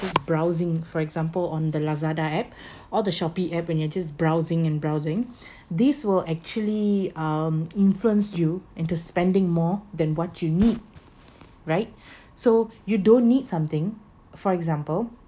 this browsing for example on the lazada app or the shopee app and you're just browsing and browsing this will actually um influence you into spending more than what you need right so you don't need something for example